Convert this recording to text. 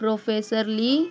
professor lee